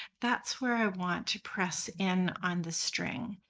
that's where i want to press in on the string.